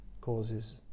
causes